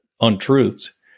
untruths